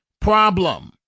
problem